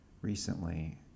Recently